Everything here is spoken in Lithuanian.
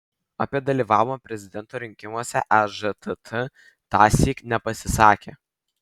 apie dalyvavimą prezidento rinkimuose ežtt tąsyk nepasisakė